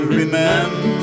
remember